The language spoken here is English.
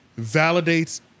validates